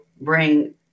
bring